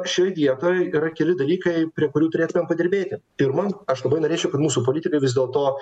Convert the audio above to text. šioj vietoj yra keli dalykai prie kurių turėtumėm padirbėti pirma aš labai norėčiau kad mūsų politikai vis dėlto